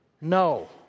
No